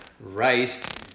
raced